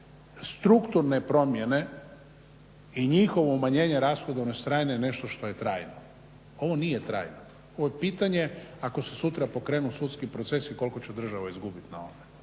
Strukturne promjene i njihovo umanjenje rashodovne strane je nešto što je trajno. Ovo nije trajno. Ovo je pitanje ako se sutra pokrenu sudski procesi koliko će država izgubiti na ovome